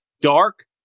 dark